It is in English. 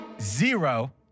Zero